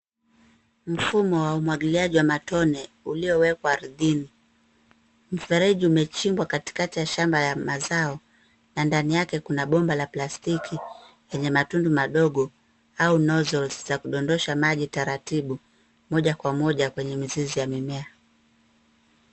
Mfumo wa umwagiliaji wa matone uliyowekwa ardhini. Mfereji umechimbwa katikati ya shamba ya mazao na ndani yake kuna bomba la plastiki yenye matundu madogo au nozzles za kudondosha maji taratibu moja kwa moja kwenye mizizi ya mimea.